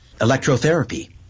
electrotherapy